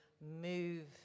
move